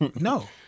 no